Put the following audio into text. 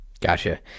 Gotcha